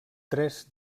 tres